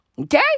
Okay